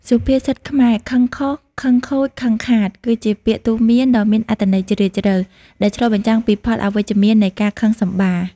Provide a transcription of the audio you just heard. សុភាសិតខ្មែរ "ខឹងខុស ខឹងខូច ខឹងខាត" គឺជាពាក្យទូន្មានដ៏មានអត្ថន័យជ្រាលជ្រៅ ដែលឆ្លុះបញ្ចាំងពីផលអវិជ្ជមាននៃការខឹងសម្បារ។